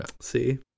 See